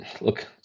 Look